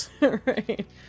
Right